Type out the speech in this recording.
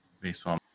baseball